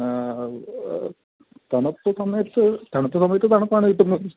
തണുപ്പ് സമയത്ത് തണുപ്പ് സമയത്ത് തണുപ്പാണ് കിട്ടുന്നത്